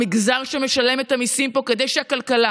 המגזר שמשלם את המיסים פה כדי שהכלכלה